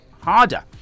harder